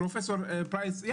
פרופ' פרייס,